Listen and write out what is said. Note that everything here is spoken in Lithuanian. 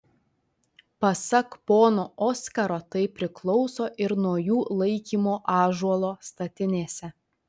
pasak pono oskaro tai priklauso ir nuo jų laikymo ąžuolo statinėse